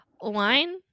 wine